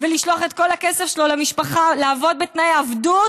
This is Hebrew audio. ולשלוח את כל הכסף שלו למשפחה, לעבוד בתנאי עבדות